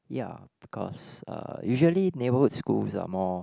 ya because uh usually neighborhood schools are more